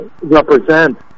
represent